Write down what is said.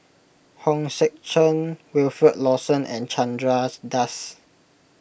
Hong Sek Chern Wilfed Lawson and Chandra Das